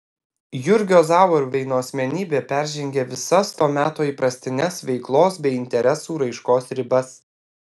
jurgio zauerveino asmenybė peržengė visas to meto įprastines veiklos bei interesų raiškos ribas